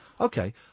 Okay